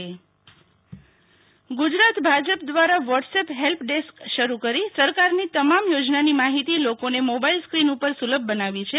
Sheetal Vaishnav Bhajap WhatsApp help desk Gujarat Bhajap દ્વારા WhatsApp help desk શરૂ કરી સરકાર ની તમામ યોજનાની માહિતી લોકોને મોબાઇલ સ્કીન ઉપર સુલભ બનાવી છે